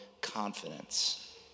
confidence